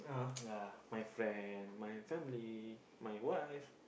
ya my friend my family my wife